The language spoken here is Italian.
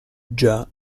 già